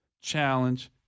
challenge